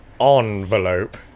Envelope